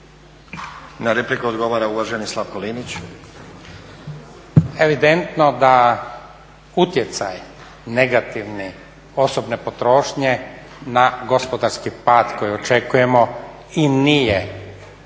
Na repliku odgovara uvaženi Slavko Linić. **Linić, Slavko (Nezavisni)** Evidentno da utjecaj negativni osobne potrošnje na gospodarski pad koji očekujemo i nije bitno